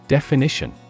Definition